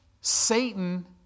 Satan